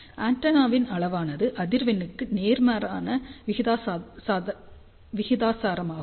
ஆண்டெனாவின் அளவானது அதிர்வெண்ணுக்கு நேர்மாறான விகிதாசாரமாகும்